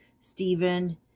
Stephen